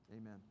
amen